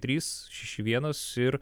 trys šeši vienas ir